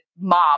mob